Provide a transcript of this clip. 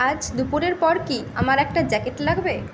আজ দুপুরের পর কি আমার একটা জ্যাকেট লাগবে